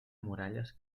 muralles